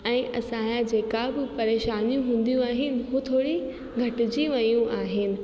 ऐं असांजा जेका बि परेशानियूं हूंदियूं आहिनि उहे थोरी घटिजी वियूं आहिनि